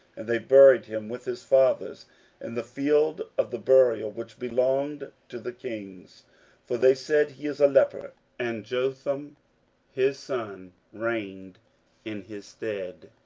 and they buried him with his fathers in the field of the burial which belonged to the kings for they said, he is a leper and jotham his son reigned in his stead.